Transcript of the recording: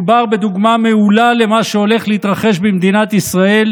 מדובר בדוגמה מעולה למה שהולך להתרחש במדינת ישראל